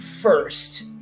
first